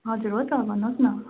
हजुर हो त भन्नुहोस् न